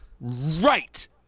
Right